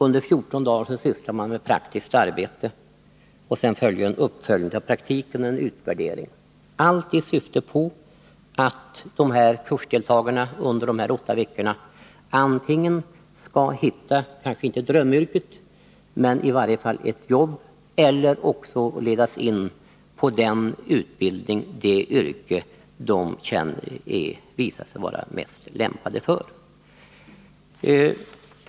Under fjorton dagar sysslar man med praktiskt arbete, och sedan görs en uppföljning av praktiken och en utvärdering — allt i syfte att kursdeltagarna under dessa åtta veckor skall hitta, kanske inte drömyrket men i varje fall ett jobb, eller ledas in på utbildning till det yrke de visar sig vara mest lämpade för.